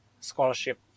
scholarship